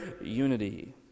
unity